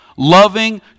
Loving